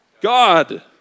God